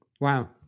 Wow